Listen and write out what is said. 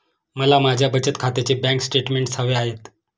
मला माझ्या बचत खात्याचे बँक स्टेटमेंट्स हवे आहेत